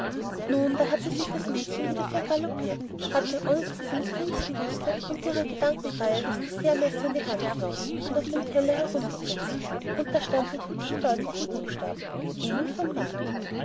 nun da hatte sich das mädchen wieder vergaloppiert hatte ohne daß sie es im geringsten wußte unter ihrer gedankenreihe das dessertmesser in die hand bekommen auf dem teller herumgekritzelt und da stand mit hübschen deutlichen buchstaben emil v